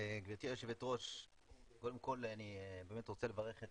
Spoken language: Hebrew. גבירתי היו"ר, קודם כל אני באמת רוצה לברך את